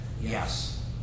yes